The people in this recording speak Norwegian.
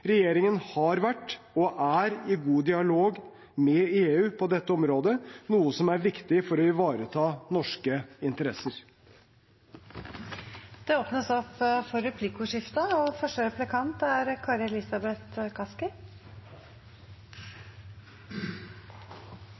Regjeringen har vært og er i god dialog med EU på dette området, noe som er viktig for å ivareta norske interesser. Det